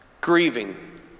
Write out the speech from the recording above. grieving